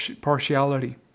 partiality